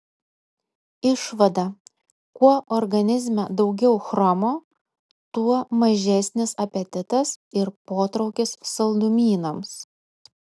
išvada kuo organizme daugiau chromo tuo mažesnis apetitas ir potraukis saldumynams